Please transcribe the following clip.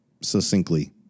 succinctly